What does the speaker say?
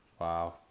Wow